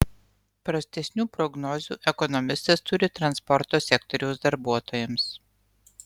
prastesnių prognozių ekonomistas turi transporto sektoriaus darbuotojams